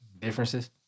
Differences